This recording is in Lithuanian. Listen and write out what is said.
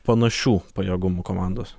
panašių pajėgumų komandos